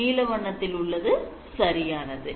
நீல வண்ணத்தில் உள்ளது சரியானது